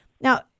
Now